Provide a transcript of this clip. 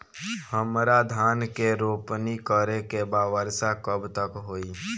हमरा धान के रोपनी करे के बा वर्षा कब तक होई?